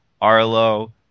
Arlo